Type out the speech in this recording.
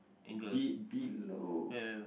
B below